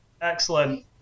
Excellent